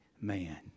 man